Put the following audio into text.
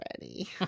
ready